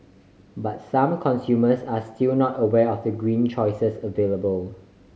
but some consumers are still not aware of the green choices available